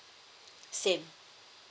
same